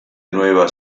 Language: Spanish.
nueva